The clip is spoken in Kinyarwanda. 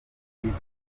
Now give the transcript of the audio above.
kwitwa